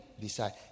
decide